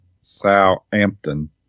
Southampton